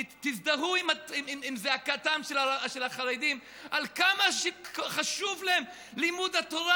תזדהו עם זעקתם של החרדים על כמה שחשוב להם לימוד התורה,